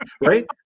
right